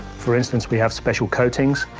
for instance, we have special coatings.